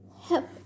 Help